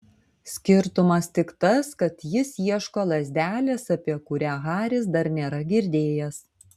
skirtumas tik tas kad jis ieško lazdelės apie kurią haris dar nėra girdėjęs